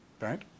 Right